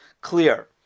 clear